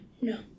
No